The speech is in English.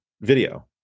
video